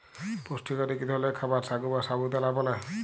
পুষ্টিকর ইক ধরলের খাবার সাগু বা সাবু দালা ব্যালে